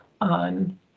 on